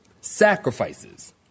sacrifices